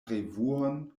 revuon